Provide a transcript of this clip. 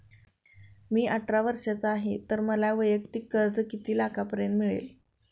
मी अठरा वर्षांचा आहे तर मला वैयक्तिक कर्ज किती लाखांपर्यंत मिळेल?